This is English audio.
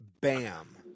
BAM